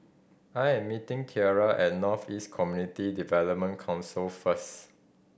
I'm meeting Tierra at North East Community Development Council first